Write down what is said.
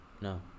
no